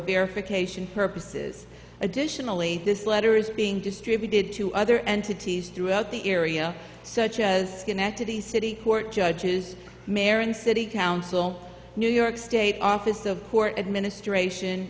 verification purposes additionally this letter is being distributed to other entities throughout the area such as schenectady city court judges mayor and city council new york state office of court administration